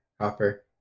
hopper